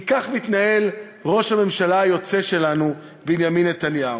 כי כך מתנהל ראש הממשלה היוצא שלנו בנימין נתניהו.